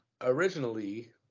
originally